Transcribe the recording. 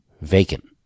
Vacant